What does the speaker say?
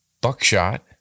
buckshot